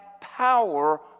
power